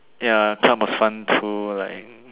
ya club was fun too like